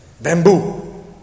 Bamboo